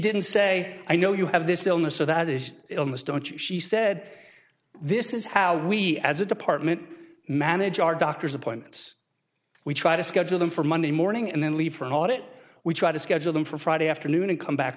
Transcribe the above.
didn't say i know you have this illness or that is illness don't you she said this is how we as a department manage our doctors appointments we try to schedule them for monday morning and then leave for an audit we try to schedule them for friday afternoon and come back